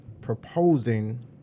proposing